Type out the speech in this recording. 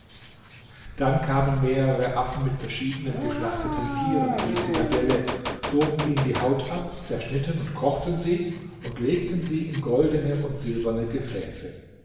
dann kamen mehrere affen mit verschiedenen geschlachteten tieren in die zitadelle zogen ihnen die haut ab zerschnitten und kochten sie und legten sie in goldene und silberne gefäße